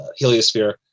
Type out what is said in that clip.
Heliosphere